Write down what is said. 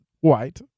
white